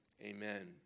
Amen